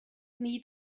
need